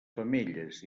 femelles